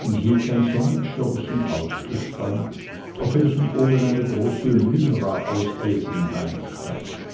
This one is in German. und hielt ein sonnenschirmchen ausgespannt auf welchem oben eine große lyra aus elfenbein stand